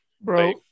Bro